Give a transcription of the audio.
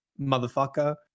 motherfucker